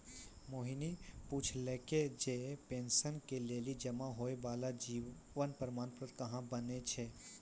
मोहिनी पुछलकै जे पेंशन के लेली जमा होय बाला जीवन प्रमाण पत्र कहाँ बनै छै?